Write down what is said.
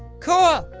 cool.